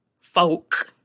folk